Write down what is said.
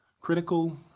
Critical